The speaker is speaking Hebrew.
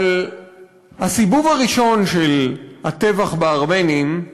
על הסיבוב הראשון של הטבח בארמנים.